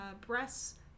breasts